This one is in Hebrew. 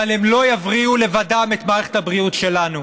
אבל הם לא יבריאו לבדם את מערכת הבריאות שלנו,